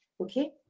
Okay